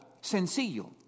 sencillo